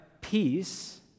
peace